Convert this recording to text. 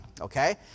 Okay